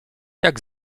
jak